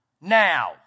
now